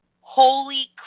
Holy